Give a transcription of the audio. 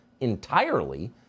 entirely